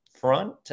front